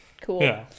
Cool